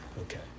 okay